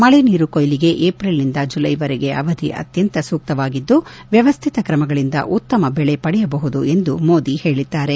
ಮಳೆ ನೀರು ಕೊಯ್ಲಿಗೆ ಏಪ್ರಿಲ್ನಿಂದ ಜುಲೈವರೆಗೆ ಅವಧಿ ಅತಿ ಸೂಕ್ತವಾಗಿದ್ದು ವ್ವವ್ಯಿತ ಕ್ರಮಗಳಿಂದ ಉತ್ತಮ ಬೆಳೆ ಪಡೆಯಬಹುದು ಎಂದು ಮೋದಿ ಹೇಳಿದ್ದಾರೆ